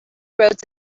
roads